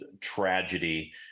tragedy